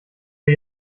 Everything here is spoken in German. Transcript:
wir